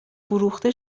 فروخته